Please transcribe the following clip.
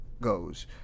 goes